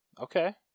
Okay